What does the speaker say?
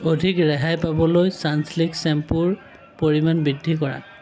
অধিক ৰেহাই পাবলৈ চানছিল্ক চেম্পুৰ পৰিমাণ বৃদ্ধি কৰা